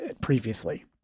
previously